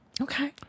Okay